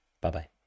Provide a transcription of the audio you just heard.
bye-bye